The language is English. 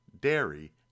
dairy